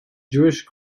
jewish